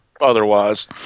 otherwise